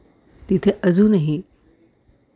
तिथे अजूनही